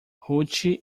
ruth